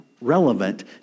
relevant